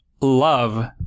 love